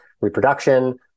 reproduction